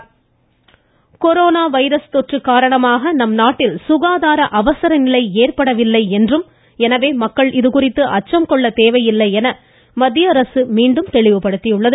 ற்ற்ற்ற்ற்ற corona corona virus தொற்று காரணமாக நம் நாட்டில் சுகாதார அவசர நிலை ஏற்படவில்லை என்றும் எனவே மக்கள் இதுகுறித்து அச்சம் கொள்ளத்தேவையில்லை என மத்திய அரசு மீண்டும் தெளிவுபடுத்தியுள்ளது